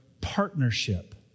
partnership